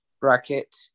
bracket